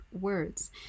words